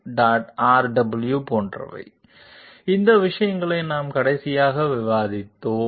Rw போன்றவை இந்த விஷயங்களை நாம் கடைசியாக விவாதித்தோம்